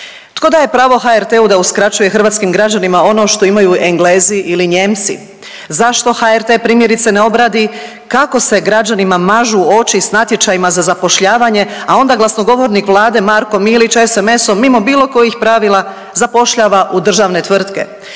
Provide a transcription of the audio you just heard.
Tko daje pravo HRT-u da uskraćuje hrvatskim građanima ono što imaju Englezi ili Nijemci? Zašto HRT primjerice ne obradi kako se građanima mažu oči s natječajima za zapošljavanje, a onda glasnogovornik Vlade Marko Milić SMS-om mimo bilo kojih pravila zapošljava u državne tvrtke?